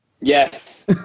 Yes